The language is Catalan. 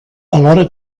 alhora